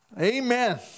Amen